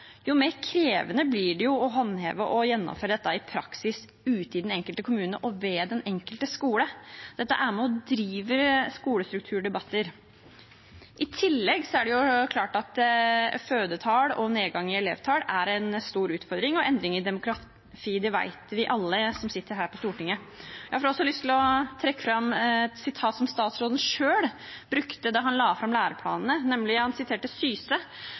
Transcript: jo mer krevende blir det å håndheve og gjennomføre dette i praksis ute i den enkelte kommune og ved den enkelte skole. Dette er med og driver skolestrukturdebatter. I tillegg er det klart at fødselstall, nedgang i elevtall og endring i demografi er en stor utfordring. Det vet vi alle som sitter her på Stortinget. Jeg får også lyst til å trekke fram et sitat som statsråden selv brukte da han la fram læreplanene. Han siterte Jan P. Syse,